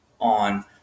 on